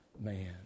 man